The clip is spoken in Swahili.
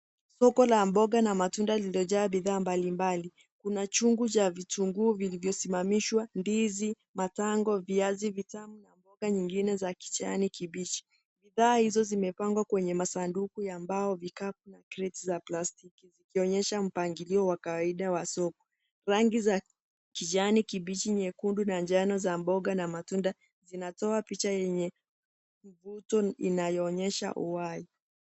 Soko la mboga na matunda lililojaa bidhaa mbalimbali. Kuna chungu vya vitunguu vilivyosimishwa, ndizi, matango, viazi vitamu na mboga nyingine za kijani kibichi. Bidhaa hizo zimepangwa kwenye masanduku ya mbao, vikapu na kreti za plastiki zikionyesha mpangilio wa kawaida wa soko. Rangi za kijani kibichi, nyekundu na njano za mboga na matunda zinatoa picha yenye mvuto inayoonyesha uhai.